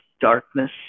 darkness